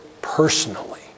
Personally